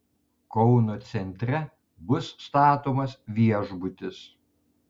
kauno centre bus statomas viešbutis